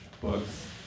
books